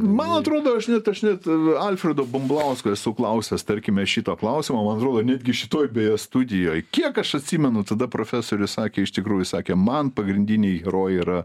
man atrodo aš net aš net alfredo bumblausko esu klausęs tarkime šito klausimo man atrodo netgi šitoj beje studijoj kiek aš atsimenu tada profesorius sakė iš tikrųjų sakė man pagrindiniai ro yra